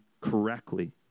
correctly